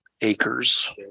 acres